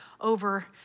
over